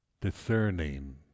discerning